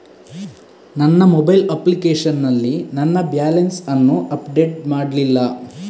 ನನ್ನ mobile application ನಲ್ಲಿ ನನ್ನ ಬ್ಯಾಲೆನ್ಸ್ ಅನ್ನು ಅಪ್ಡೇಟ್ ಮಾಡ್ಲಿಲ್ಲ